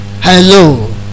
Hello